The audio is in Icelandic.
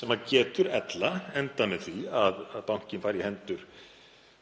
sem getur ella endað með því að bankinn færi t.d. í hendur